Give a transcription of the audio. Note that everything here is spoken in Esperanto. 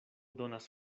donas